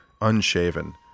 unshaven